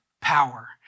power